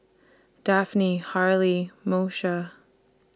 Daphne Harley Moesha